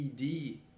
ED